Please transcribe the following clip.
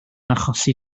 achosi